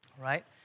right